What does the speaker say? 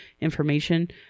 information